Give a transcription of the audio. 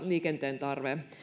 liikenteen tarve